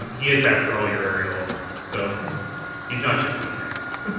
um he is after all your area alderman. so he's not just being nice.